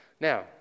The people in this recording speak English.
Now